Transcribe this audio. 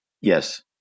Yes